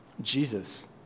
Jesus